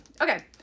Okay